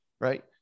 right